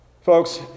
Folks